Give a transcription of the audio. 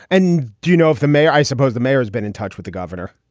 and do you know if the mayor isuppose the mayor has been in touch with the governor?